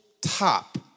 top